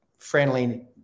friendly